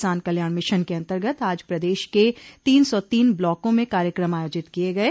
किसान कल्याण मिशन के अन्तर्गत आज प्रदेश के तीन सौ तीन ब्लाकों में कार्यक्रम आयोजित किये गये